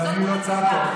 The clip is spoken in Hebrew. אבל אני לא צד פה,